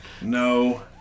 No